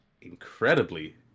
incredibly